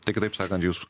tai kitaip sakant jūs